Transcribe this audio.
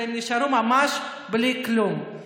והם נשארו ממש בלי כלום.